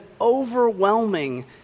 overwhelming